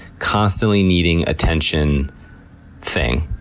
constantly needing attention thing.